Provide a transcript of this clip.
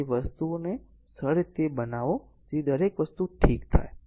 તેથી વસ્તુઓને સરળ રીતે બનાવો જેથી દરેક વસ્તુ ઠીક થાય